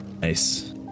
Nice